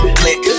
click